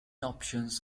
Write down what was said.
options